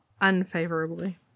unfavorably